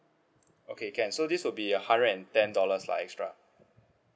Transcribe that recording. okay can so this will be a hundred and ten dollars lah extra